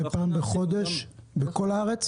את זה אתם עושים פעם בחודש, בכל הארץ?